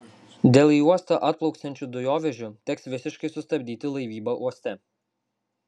dėl į uostą atplauksiančių dujovežių teks visiškai sustabdyti laivybą uoste